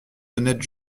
honnêtes